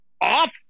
Off –